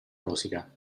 rosica